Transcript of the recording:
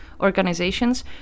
organizations